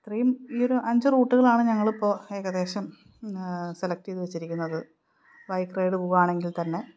ഇത്രയും ഈയൊരു അഞ്ച് റൂട്ടുകളാണ് ഞങ്ങളിപ്പോള് ഏകദേശം സെലക്ട് ചെയ്തുവെച്ചിരിക്കുന്നത് ബൈക്ക് റൈഡ് പോവുകയാണെങ്കിൽ തന്നെ